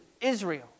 Israel